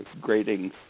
grading